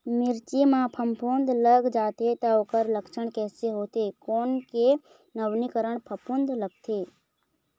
मिर्ची मा फफूंद लग जाथे ता ओकर लक्षण कैसे होथे, कोन के नवीनीकरण फफूंद लगथे?